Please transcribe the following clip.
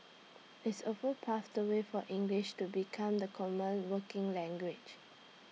it's also paved the way for English to become the common working language